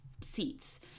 seats